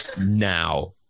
Now